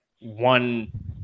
one